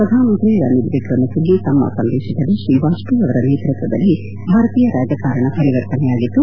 ಪ್ರಧಾನ ಮಂತ್ರಿ ರನಿಲ್ ವಿಕ್ರಮ ಸಿಂಫೆ ತಮ್ಮ ಸಂದೇಶದಲ್ಲಿ ಶ್ರೀವಾಜಪೇಯಿ ಅವರ ನೇತೃತ್ವದಲ್ಲಿ ಭಾರತೀಯ ರಾಜಕಾರಣ ಪರಿವರ್ತನೆಯಾಗಿತ್ತು